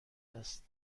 است